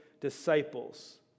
disciples